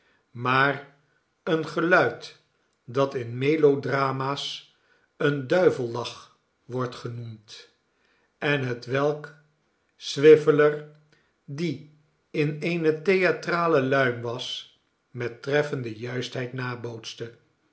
maar een geluid dat in melodrama's een duivelenlach wordt genoemd en hetwelk swiveller die in eene theatrale hum was met treffende juistheid nabootste